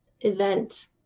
event